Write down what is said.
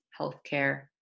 healthcare